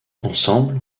ensemble